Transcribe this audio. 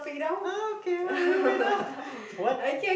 okay love me now what